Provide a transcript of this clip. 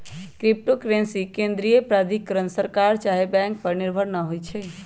crypto currency के केंद्रीय प्राधिकरण सरकार चाहे बैंक पर निर्भर न होइ छइ